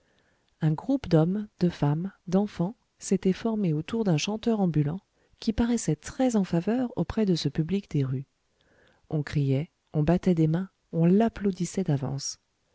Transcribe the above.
un groupe d'hommes de femmes d'enfants s'était formé autour d'un chanteur ambulant qui paraissait très en faveur auprès de ce public des rues on criait on battait des mains on l'applaudissait d'avance